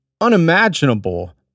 unimaginable